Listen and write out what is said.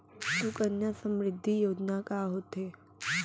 सुकन्या समृद्धि योजना का होथे